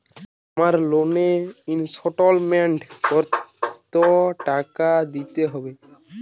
আমার লোনের ইনস্টলমেন্টৈ কত টাকা দিতে হবে?